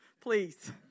please